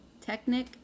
Technic